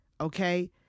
Okay